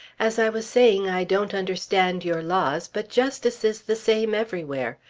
as i was saying i don't understand your laws, but justice is the same everywhere.